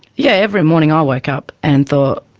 yeah, every morning i woke up and thought,